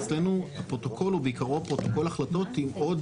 אצלנו הפרוטוקול הוא בעיקרו פרוטוקול החלטות עם עוד